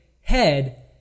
head